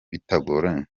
bitagoranye